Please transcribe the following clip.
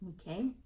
okay